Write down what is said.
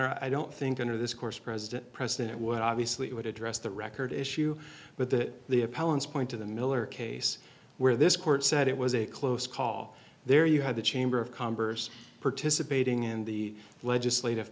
or i don't think under this course president president would obviously it would address the record issue but the the appellant's point to the miller case where this court said it was a close call there you had the chamber of commerce participating in the legislative